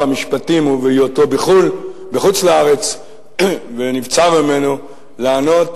המשפטים ובהיותו בחוץ-לארץ ונבצר ממנו לענות,